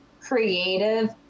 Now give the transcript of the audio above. creative